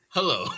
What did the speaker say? Hello